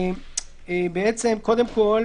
קודם כול,